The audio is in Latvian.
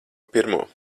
pirmo